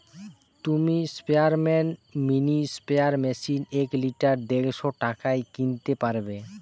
তুমি স্পেয়ারম্যান mini sprayer machine এক লিটার দেড়শ টাকায় কিনতে পারবে